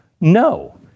No